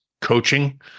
coaching